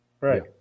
Right